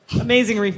Amazing